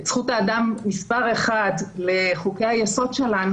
את זכות האדם מספר 1 לחוקי היסוד שלנו,